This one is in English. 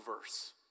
verse